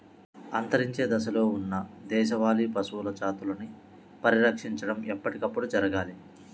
అంతరించే దశలో ఉన్న దేశవాళీ పశువుల జాతులని పరిరక్షించడం ఎప్పటికప్పుడు జరగాలి